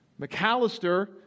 McAllister